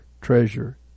treasure